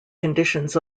conditions